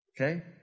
Okay